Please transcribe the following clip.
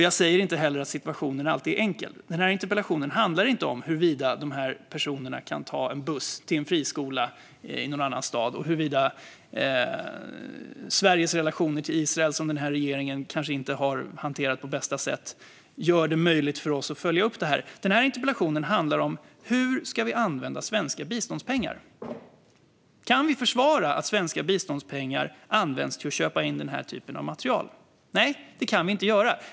Jag säger inte heller att situationen alltid är enkel. Interpellationen handlar inte om huruvida personerna kan ta en buss till en friskola i en annan stad eller huruvida Sveriges relation till Israel, som den här regeringen kanske inte har hanterat på bästa sätt, gör det möjligt för oss att följa upp det här. Interpellationen handlar om hur vi ska använda svenska biståndspengar. Kan vi försvara att svenska biståndspengar används för att köpa in den typen av material? Nej, det kan vi inte.